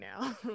now